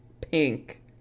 pink